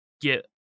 get